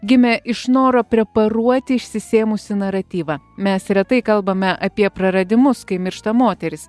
gimė iš noro preparuoti išsisėmusį naratyvą mes retai kalbame apie praradimus kai miršta moteris